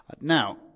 Now